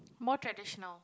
more traditional